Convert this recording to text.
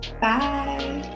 Bye